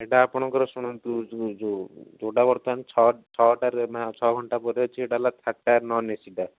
ଏଇଟା ଆପଣଙ୍କର ଶୁଣନ୍ତୁ ଯେଉଁ ଯେଉଁଟା ବର୍ତ୍ତମାନ ଛଅଟା ଛଅଟାରେ ଛଅ ଘଣ୍ଟା ପରେ ଅଛି ସେଇଟା ହେଲା ନନ୍ଏସିଟା